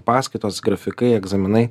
paskaitos grafikai egzaminai